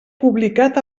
publicat